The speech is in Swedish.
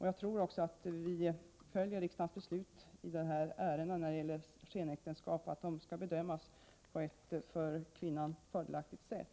Jag tror även att vi följer riksdagens beslut i ärenden där skenäktenskap kan ifrågasättas, nämligen att de skall bedömas på ett för kvinnan fördelaktigt sätt.